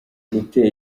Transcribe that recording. gutera